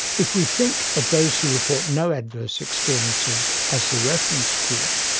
if we think of those who report no adverse experiences as the reference group,